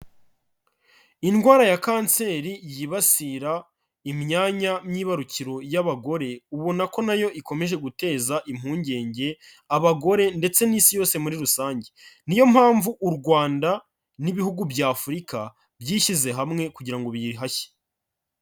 Indwara ya Kanseri yibasira imyanya myibarukiro y'abagore ubona ko na yo ikomeje guteza impungenge abagore ndetse n'Isi yose muri rusange> Ni yo mpamvu u Rwanda n'ibihugu bya Afurika byishyize hamwe kugira ngo biyihashye.